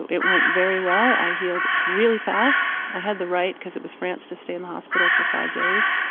it went very well. i healed really fast. i had the right, because it was france, to stay in the hospital for five days.